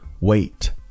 wait